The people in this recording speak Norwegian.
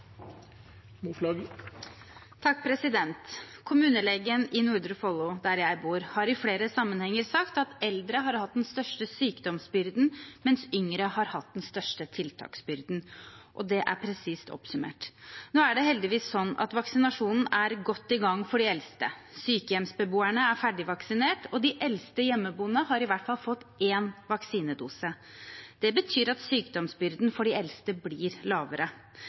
Kommunelegen i Nordre Follo, der jeg bor, har i flere sammenhenger sagt at eldre har hatt den største sykdomsbyrden, mens yngre har hatt den største tiltaksbyrden. Det er presist oppsummert. Nå er det heldigvis sånn at vaksinasjonen er godt i gang for de eldste. Sykehjemsbeboerne er ferdigvaksinert, og de eldste hjemmeboende har fått i hvert fall én vaksinedose. Det betyr at sykdomsbyrden for de eldste blir lavere.